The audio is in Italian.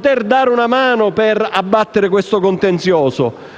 per dare una mano ad abbattere questo contenzioso;